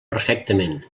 perfectament